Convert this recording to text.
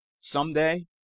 someday